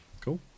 Cool